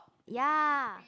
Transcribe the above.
ya